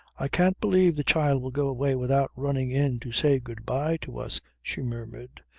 i can't believe the child will go away without running in to say good bye to us, she murmured.